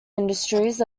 industries